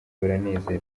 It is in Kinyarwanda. baranezerwa